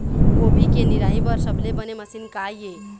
गोभी के निराई बर सबले बने मशीन का ये?